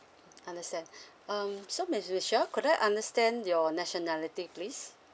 understand um so miss Michelle could I understand your nationality please